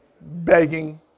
begging